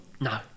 No